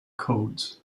codes